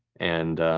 and